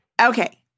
Okay